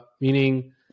meaning